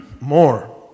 more